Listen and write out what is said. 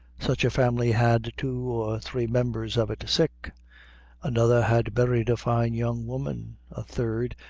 such a family had two or three members of it sick another had buried a fine young woman a third,